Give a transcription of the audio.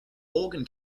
organic